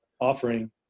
offering